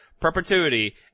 perpetuity